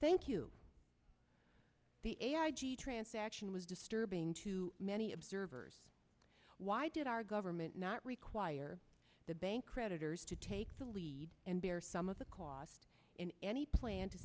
thank you the transaction was disturbing to many observers why did our government not require the bank creditors to take the lead and bear some of the costs in any plan to